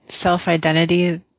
self-identity